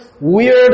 Weird